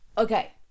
Okay